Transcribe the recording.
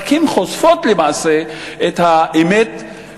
רק הן חושפות למעשה את האמת,